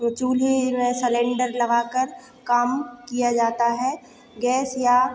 वह चूल्हे में सेलेंडर लगा कर काम किया जाता है गैस या